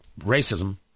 racism